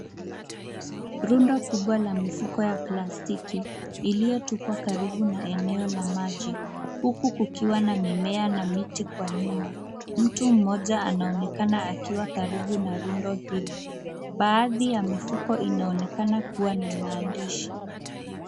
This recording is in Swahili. Rundo kubwa la mifuko ya plastiki, iliyotupwa karibu na eneo la maji huku kukiwa mimea na miti kwa nyuma. Mtu mmoja anaonekana akiwa karibu na rundo hilo. Baadhi ya mifuko inaonekana kuwa na maandishi.